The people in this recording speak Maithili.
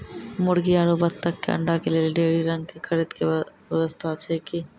मुर्गी आरु बत्तक के अंडा के लेली डेयरी रंग के खरीद के व्यवस्था छै कि?